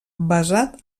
basat